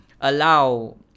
allow